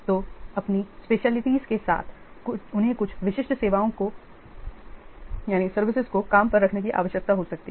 तो अपनी विशिष्टताओं के साथ उन्हें कुछ विशिष्ट सर्विसेस को काम पर रखने की आवश्यकता हो सकती है